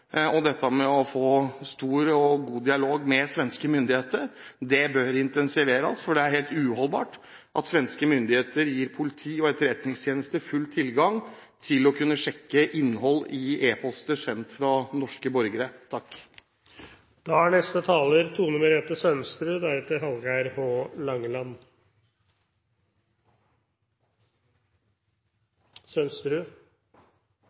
å få stor og god dialog med svenske myndigheter. Det bør intensiveres, for det er helt uholdbart at svenske myndigheter gir politi og etterretningstjeneste full tilgang til å kunne sjekke innhold i e-poster sendt av norske borgere.